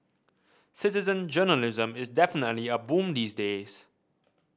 citizen journalism is definitely a boom these days